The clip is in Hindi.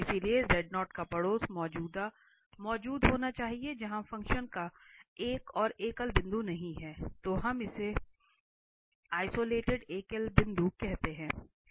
इसलिए का पड़ोस मौजूद होना चाहिए जहां फ़ंक्शन का एक और एकल बिंदु नहीं है तो हम इसे आइसोलेटेड एकल बिंदु कहते हैं